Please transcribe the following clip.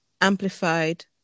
amplified